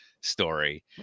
story